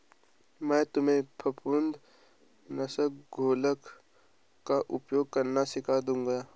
मैं तुम्हें फफूंद नाशक घोल का उपयोग करना सिखा दूंगा